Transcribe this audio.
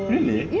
really